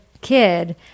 kid